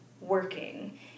working